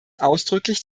ausdrücklich